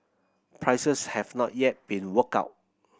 prices have not yet been worked out